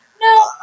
No